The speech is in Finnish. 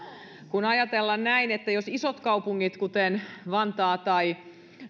ajatellaan näin että jos isot kaupungit kuten vantaa tai